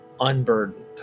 unburdened